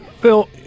Phil